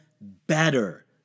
better